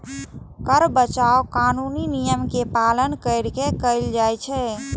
कर बचाव कानूनी नियम के पालन कैर के कैल जाइ छै